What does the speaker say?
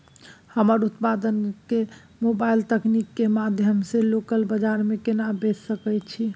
अपन उत्पाद के मोबाइल तकनीक के माध्यम से लोकल बाजार में केना बेच सकै छी?